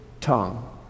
tongue